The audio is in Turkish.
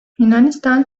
yunanistan